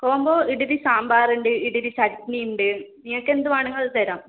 combo idli സാമ്പാറുണ്ട് ഇഡലി ചട്ട്നിയുണ്ട് നിങ്ങൾക്കെന്ത് വേണമെങ്കിലും അത് തരാം